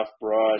brush